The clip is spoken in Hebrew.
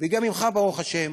וגם ממך, ברוך השם,